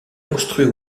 construit